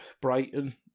Brighton